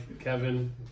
Kevin